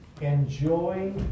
Enjoy